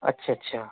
اچھا اچھا